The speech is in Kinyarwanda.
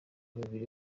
babiri